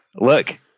look